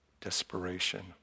desperation